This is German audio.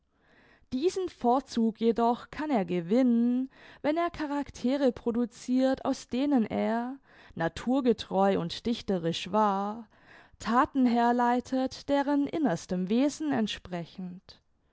diesen vorzug jedoch kann er gewinnen wenn er charactere producirt aus denen er naturgetreu und dichterischwahr thaten herleitet deren innerstem wesen entsprechend